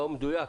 לא מדויק,